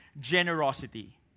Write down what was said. Generosity